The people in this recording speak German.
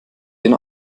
den